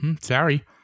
Sorry